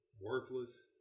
worthless